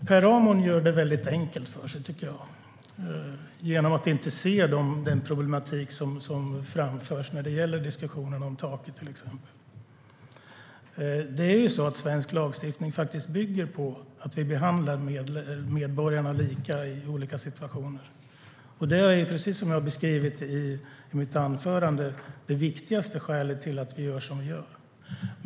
Herr talman! Per Ramhorn gör det enkelt för sig genom att inte se de problem som framförs i diskussionen om taket. Svensk lagstiftning bygger på att vi behandlar medborgarna lika i olika situationer. Precis som jag har beskrivit i mitt anförande är det det viktigaste skälet till att vi gör som vi gör.